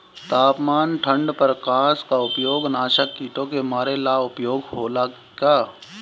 तापमान ठण्ड प्रकास का उपयोग नाशक कीटो के मारे ला उपयोग होला का?